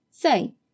Say